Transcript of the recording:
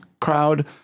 crowd